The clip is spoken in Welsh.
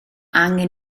angen